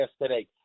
yesterday